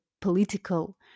political